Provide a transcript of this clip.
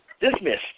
dismissed